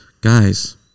guys